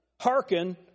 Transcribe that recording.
Hearken